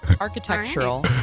Architectural